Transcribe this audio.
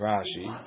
Rashi